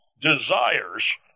desires